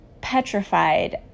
petrified